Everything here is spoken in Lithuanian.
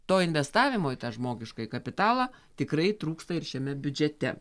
to investavimo į tą žmogiškąjį kapitalą tikrai trūksta ir šiame biudžete